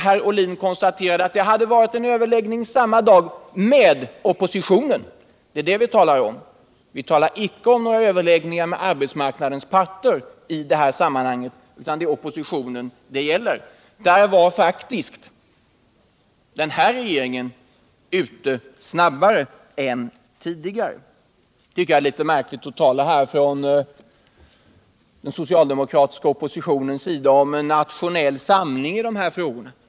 Herr Ohlin konstaterade att det hade varit en överläggning samma dag med oppositionen — det är detta vi talar om, inte om överläggningar med arbetsmarknadens parter. Den nuvarande regeringen var alltså faktiskt snabbare än den tidigare. Så tycker jag det är litet märkligt att den socialdemokratiska oppositionen talar om en nationell samling i dessa frågor.